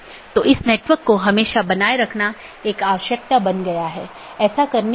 यह एक बड़े आईपी नेटवर्क या पूरे इंटरनेट का छोटा हिस्सा है